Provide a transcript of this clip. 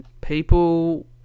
people